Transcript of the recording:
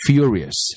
Furious